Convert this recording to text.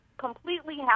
completely